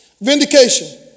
Vindication